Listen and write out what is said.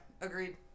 agreed